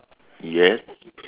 yes